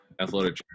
athletic